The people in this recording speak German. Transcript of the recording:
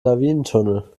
lawinentunnel